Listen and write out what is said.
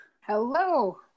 Hello